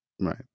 right